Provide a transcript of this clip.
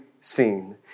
seen